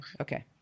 Okay